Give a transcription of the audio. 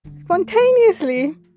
spontaneously